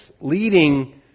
leading